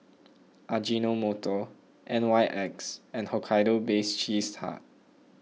Ajinomoto N Y X and Hokkaido Baked Cheese Tart